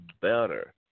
better